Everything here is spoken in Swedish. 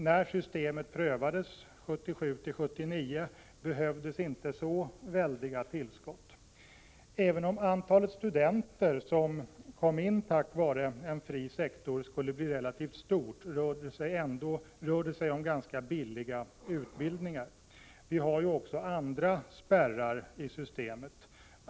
När systemet prövades 1977-1979 behövdes inte så väldiga tillskott. Även om antalet studenter som kommer in tack vare en fri sektor skulle bli relativt stort, rör det sig om ganska billiga utbildningar. Vi har också andra spärrar i systemet.